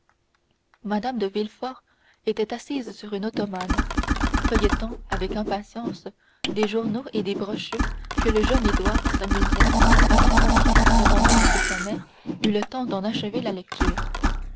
mme de villefort était assise sur une ottomane feuilletant avec impatience des journaux et des brochures que le jeune édouard s'amusait à mettre en pièces avant même que sa mère eût eu le temps d'en achever la lecture